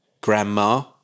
grandma